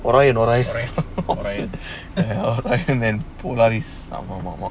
orion orion orion and polaris ஆமாமாஆமா:amaamaa aama